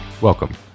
welcome